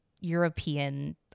European